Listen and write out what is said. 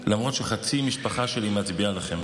למרות שחצי משפחה שלי מצביעה לכם,